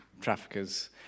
traffickers